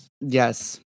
Yes